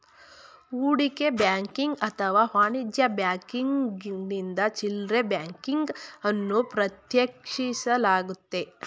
ಹೂಡಿಕೆ ಬ್ಯಾಂಕಿಂಗ್ ಅಥವಾ ವಾಣಿಜ್ಯ ಬ್ಯಾಂಕಿಂಗ್ನಿಂದ ಚಿಲ್ಡ್ರೆ ಬ್ಯಾಂಕಿಂಗ್ ಅನ್ನು ಪ್ರತ್ಯೇಕಿಸಲಾಗುತ್ತೆ